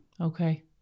Okay